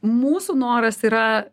mūsų noras yra